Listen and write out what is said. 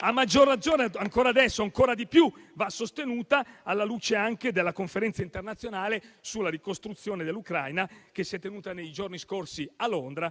A maggior ragione, adesso ancora di più va sostenuta, alla luce anche della conferenza internazionale sulla ricostruzione dell'Ucraina, che si è tenuta nei giorni scorsi a Londra...